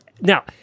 Now